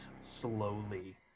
slowly